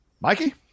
mikey